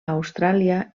austràlia